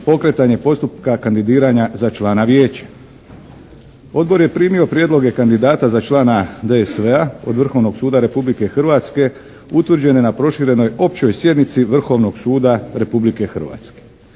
pokretanje postupka kandidiranja za člana Vijeća. Odbor je primio prijedloge kandidata za člana DSV-a od Vrhovnog suda Republike Hrvatske utvrđene na proširenoj općoj sjednici Vrhovnog suda Republike Hrvatske.